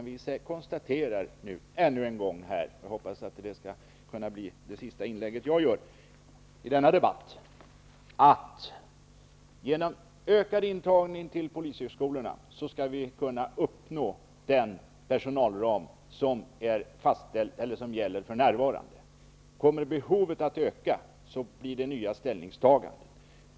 Vi konstaterar ännu en gång -- jag hoppas att det här är det sista inlägget som jag gör i denna debatt -- att genom ökad intagning till polishögskolorna skall det bli möjligt att fylla den personalram som för närvarande gäller. Om behovet ökar, blir det aktuellt med nya ställningstaganden.